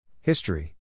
History